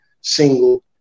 single